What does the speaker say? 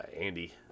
Andy